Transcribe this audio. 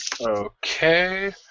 Okay